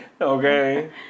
Okay